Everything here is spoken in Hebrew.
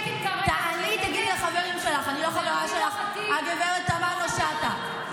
האם זה התפקיד שלך בתור שרה לקידום מעמד